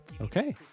Okay